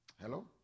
Hello